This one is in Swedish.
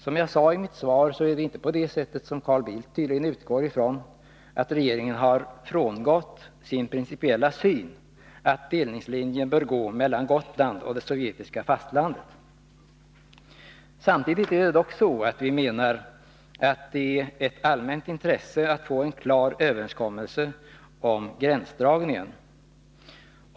Som jag sade i mitt svar är det inte på det sättet — som Carl Bildt tydligen utgår ifrån — att regeringen har frångått sin principiella syn att delningslinjen bör gå mellan Gotland och det sovjetiska fastlandet. Samtidigt är det dock så att vi menar att det är ett allmänt intresse att få en klar överenskommelse om gränsdragningen.